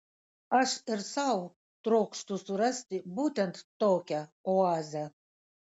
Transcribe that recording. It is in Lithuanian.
aš ir sau trokštu surasti būtent tokią oazę